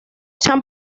chan